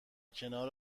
کنار